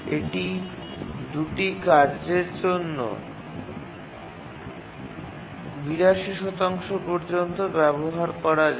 এটি ২ টি কার্যের জন্য ৮২ পর্যন্ত ব্যবহার করা যায়